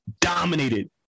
dominated